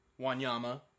Wanyama